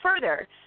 further